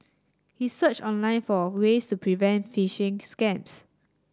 he searched online for ways to prevent phishing scams